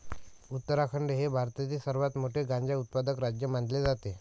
उत्तराखंड हे भारतातील सर्वात मोठे गांजा उत्पादक राज्य मानले जाते